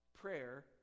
Prayer